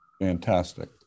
Fantastic